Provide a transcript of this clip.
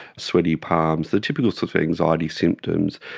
sweaty palms, the typical sort of anxiety symptoms.